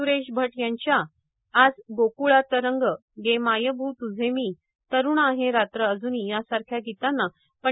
सुरेश भट यांच्या आज गोकळात रंग गे मायभू तुझे मी तरूण आहे रात्र अजूनी यासारख्या गीतांना पं